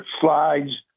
slides